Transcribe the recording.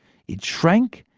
it shrank,